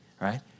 right